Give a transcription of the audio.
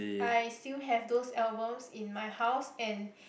I still have those albums in my house and